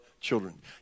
children